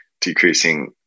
decreasing